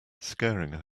scaring